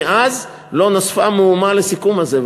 מאז לא נוסף מאומה לסיכום הזה.